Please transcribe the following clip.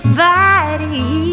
body